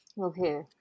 Okay